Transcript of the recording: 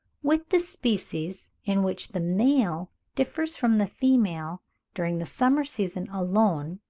with the species, in which the male differs from the female during the summer season alone,